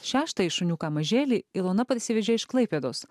šeštąjį šuniuką mažėlį ilona parsivežė iš klaipėdos